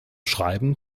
schreiben